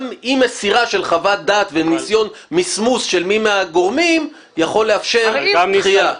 גם אי מסירה של חוות דעת וניסיון מסמוס של מי מהגורמים יכול לאפשר דחיה.